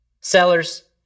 sellers